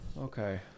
Okay